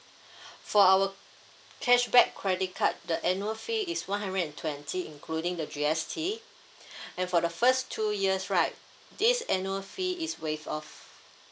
for our cashback credit card the annual fee is one hundred and twenty including the G_S_T then for the first two years right this annual fee is waive off